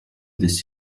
this